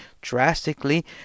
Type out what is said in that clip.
drastically